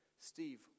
Steve